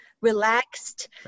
relaxed